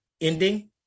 ending